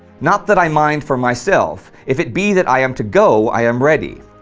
not that i mind for myself. if it be that i am to go, i am ready.